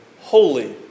holy